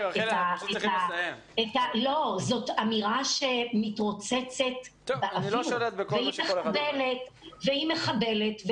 זאת אמירה שמתרוצצת באוויר והיא מחבלת.